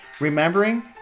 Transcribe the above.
Remembering